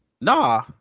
Nah